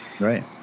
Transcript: right